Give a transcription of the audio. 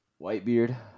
Whitebeard